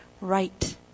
right